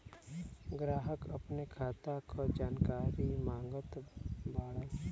ग्राहक अपने खाते का जानकारी मागत बाणन?